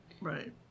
Right